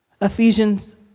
Ephesians